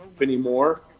anymore